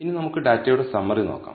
ഇനി നമുക്ക് ഡാറ്റയുടെ സമ്മറി നോക്കാം